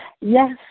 Yes